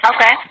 Okay